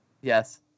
Yes